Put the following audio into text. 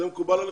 זה מקובל עליכם?